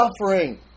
suffering